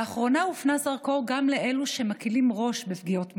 לאחרונה הופנה זרקור גם לאלו שמקילים ראש בפגיעות מיניות,